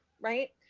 right